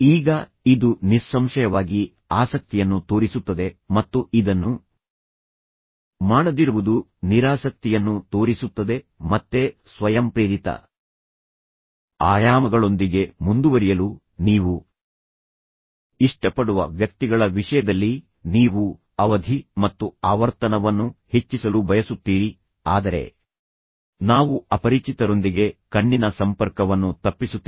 ಈಗ ಇದು ನಿಸ್ಸಂಶಯವಾಗಿ ಆಸಕ್ತಿಯನ್ನು ತೋರಿಸುತ್ತದೆ ಮತ್ತು ಇದನ್ನು ಮಾಡದಿರುವುದು ನಿರಾಸಕ್ತಿಯನ್ನು ತೋರಿಸುತ್ತದೆ ಮತ್ತೆ ಸ್ವಯಂಪ್ರೇರಿತ ಆಯಾಮಗಳೊಂದಿಗೆ ಮುಂದುವರಿಯಲು ನೀವು ಇಷ್ಟಪಡುವ ವ್ಯಕ್ತಿಗಳ ವಿಷಯದಲ್ಲಿ ನೀವು ಅವಧಿ ಮತ್ತು ಆವರ್ತನವನ್ನು ಹೆಚ್ಚಿಸಲು ಬಯಸುತ್ತೀರಿ ಆದರೆ ನಾವು ಅಪರಿಚಿತರೊಂದಿಗೆ ಕಣ್ಣಿನ ಸಂಪರ್ಕವನ್ನು ತಪ್ಪಿಸುತ್ತೇವೆ